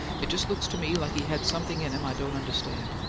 it just looks to me like he had something in him i don't understand.